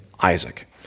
Isaac